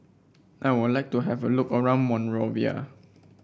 I would like to have a look around Monrovia